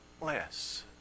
less